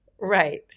Right